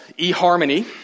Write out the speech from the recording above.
E-harmony